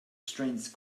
strange